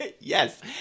Yes